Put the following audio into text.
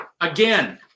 again